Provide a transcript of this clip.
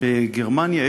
בגרמניה,